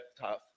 tough